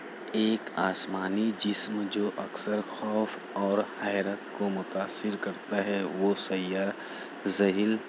ایک آسمانی جسم جو اکثر خوف اور حیرت کو متاثر کرتا ہے وہ سیارہ زحیل